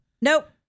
Nope